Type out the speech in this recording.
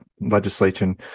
legislation